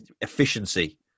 efficiency